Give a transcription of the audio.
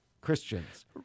Christians